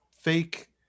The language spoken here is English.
fake